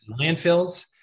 landfills